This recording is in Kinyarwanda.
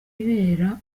ibera